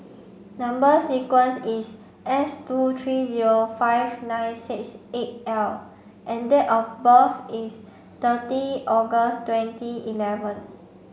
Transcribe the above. number sequence is S two three zero five nine six eight L and date of birth is thirty August twenty eleven